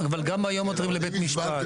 גם היום עותרים לבית משפט.